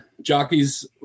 Jockeys